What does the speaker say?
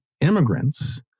immigrants